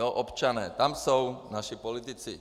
Občané tam jsou naši politici.